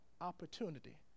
opportunity